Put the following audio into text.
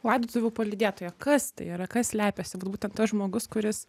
laidotuvių palydėtoja kas tai yra kas slepiasi būtent tas žmogus kuris